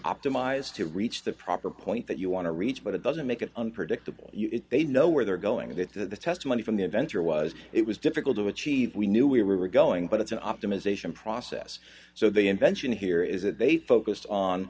optimize to reach the proper point that you want to reach but it doesn't make it unpredictable they know where they're going that the testimony from the inventor was it was difficult to achieve we knew we were going but it's an optimization process so the invention here is that they focused on